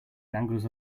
dangles